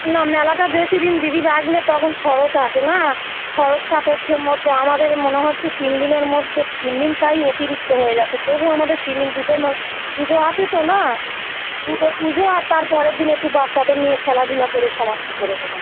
না মেলাটা বেশি দিন দিদি রাখলে তখন খরচ আছে না খরচসাপেক্ষ মধ্যে আমাদের মনে হচ্ছে তিন দিনের মধ্যে তিন দিন তাই অতিরিক্ত হয়ে যাচ্ছে তবু আমাদের তিন দিন দুটো মা পুজো আছে তো না দুটো পুজো আর তার পরের দিন একটু বাচ্চাদের নিয়ে খেলাধুলা করে সমাপ্তি করে দেবো